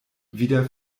wieder